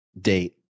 date